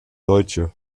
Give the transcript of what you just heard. deutsche